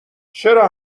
چرا